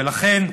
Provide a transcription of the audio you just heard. ולכן,